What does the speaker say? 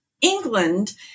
England